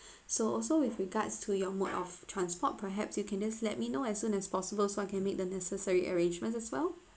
so also with regards to your mode of transport perhaps you can just let me know as soon as possible so I can make the necessary arrangements as well